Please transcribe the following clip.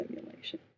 simulation